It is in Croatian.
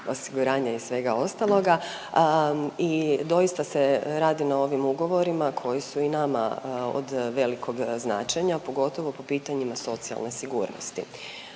osiguranja i svega ostaloga i doista se radi na ovim ugovorima koji su i nama od velikog značenja, pogotovo po pitanjima socijalne sigurnosti